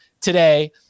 today